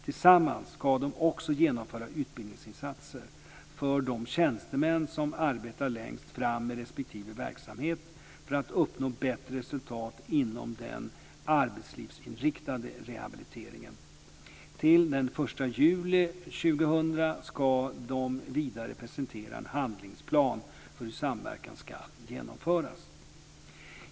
Tillsammans ska de också genomföra utbildningsinsatser för de tjänstemän som arbetar längst fram i respektive verksamhet för att uppnå bättre resultat inom den arbetslivsinriktade rehabiliteringen. Till den 1 juli 2000 ska de vidare presentera en handlingsplan för hur samverkan ska genomföras.